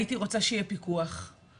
הייתי רוצה שיהיה פיקוח ובקרה.